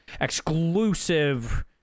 exclusive